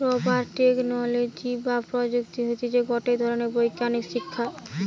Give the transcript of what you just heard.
rubber technology বা প্রযুক্তি হতিছে গটে ধরণের বৈজ্ঞানিক শিক্ষা